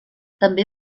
també